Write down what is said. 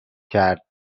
کرد